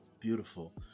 Beautiful